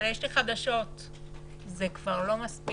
אבל יש לי חדשות - זה כבר לא מספיק.